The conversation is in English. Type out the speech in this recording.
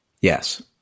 Yes